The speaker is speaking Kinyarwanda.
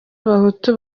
abahutu